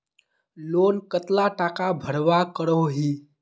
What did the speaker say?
Loan कतला टाका भरवा करोही?